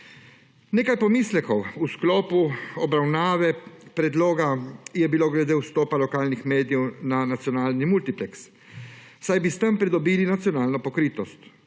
Nekaj pomislekov v sklopu obravnave predloga je bilo glede vstopa lokalnih medijev na nacionalni multipleks, saj bi s tem pridobili nacionalno pokritost.